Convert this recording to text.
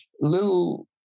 little